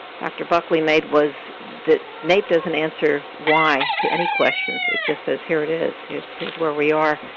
dr. buckley made was that naep doesn't answer why to any questions. it just says, here it is, here's here's where we are,